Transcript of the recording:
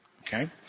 Okay